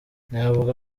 novuga